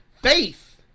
faith